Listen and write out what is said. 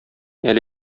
әле